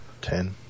Ten